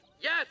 Yes